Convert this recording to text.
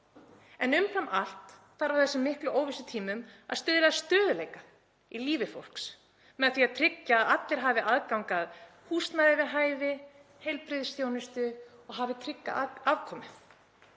En umfram allt þarf á þessum miklu óvissutímum að stuðla að stöðugleika í lífi fólks með því að tryggja að allir hafi aðgang að húsnæði við hæfi, heilbrigðisþjónustu og hafi trygga afkomu.